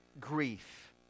grief